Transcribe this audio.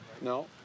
No